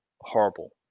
horrible